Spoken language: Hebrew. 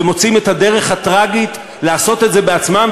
ומוצאים את הדרך הטרגית לעשות את זה בעצמם,